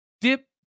dip